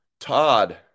Todd